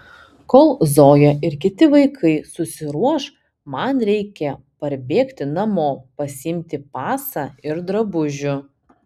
kol zoja ir kiti vaikai susiruoš man reikia parbėgti namo pasiimti pasą ir drabužių